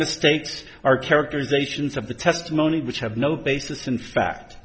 mistakes are characterizations of the testimony which have no basis in fact